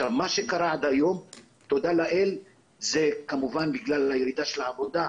מה שקרה עד היום זה כמובן בגלל הירידה של העבודה,